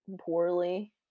poorly